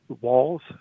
walls